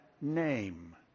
name